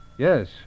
Yes